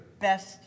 best